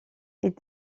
est